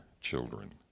children